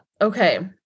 Okay